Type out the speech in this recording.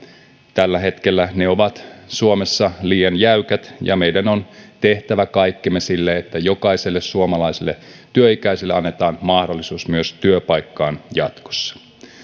tällä hetkellä ne ovat suomessa liian jäykät ja meidän on tehtävä kaikkemme jotta jokaiselle suomalaiselle työikäiselle annetaan myös mahdollisuus työpaikkaan jatkossa